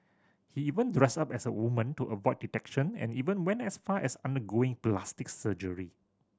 he even dressed up as a woman to avoid detection and even went as far as undergoing plastic surgery